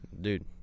Dude